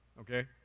okay